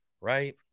right